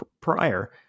prior